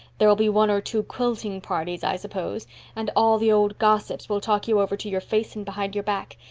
there'll be one or two quilting parties, i suppose and all the old gossips will talk you over to your face and behind your back.